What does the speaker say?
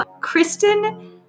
Kristen